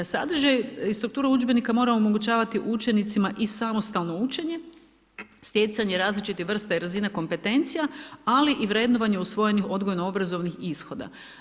Sadržaj i struktura udžbenika mora omogućavati učenicima i samostalno učenje, stjecanje različitih vrsta i razina kompetencija ali i vrednovanje usvojenih odgojno-obrazovnih ishoda.